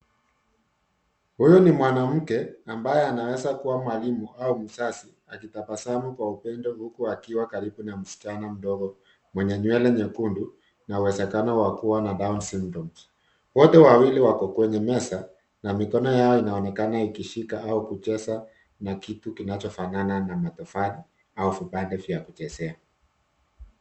Huyu ni mwanamke ambaye anaweza kuwa mwalimu au mzazi akitabasamu kwa upendo huku akiwa karibu na msichana mdogo mwenye nywele nyekundu na uwezekano wa kuwa na down syndrome . Wote wawili wako kwenye meza na mikono yao inaonekana ikshika au kucheza na kitu kinachofanana na matofali au vipande vya kuchezea.